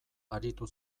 aritu